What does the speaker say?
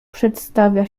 przedstawia